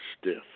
stiff